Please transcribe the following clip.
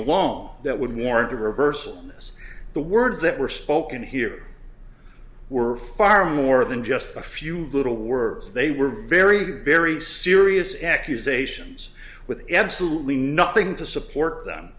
alone that would warrant a reversal the words that were spoken here were far more than just a few little words they were very very serious accusations with absolutely nothing to support them